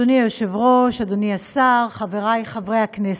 אדוני היושב-ראש, אדוני השר, חברי חברי הכנסת,